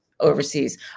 overseas